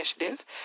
initiative